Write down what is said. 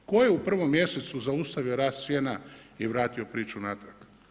Tko je u prvom mjesecu zaustavio rast cijena i vratio priču natrag?